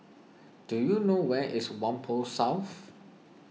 do you know where is Whampoa South